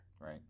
Right